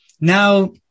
Now